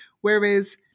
Whereas